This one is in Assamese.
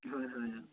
হয় হয় অঁ